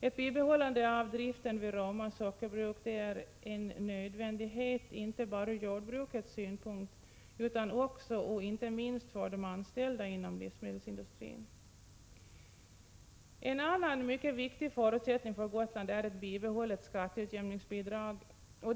Ett bibehållande av driften vid Roma sockerbruk är en nödvändighet inte bara för jordbruket utan också och inte minst för de anställda inom livsmedelsindustrin. En annan mycket viktig förutsättning för Gotland är ett bibehållet skatteutjämningsbidrag.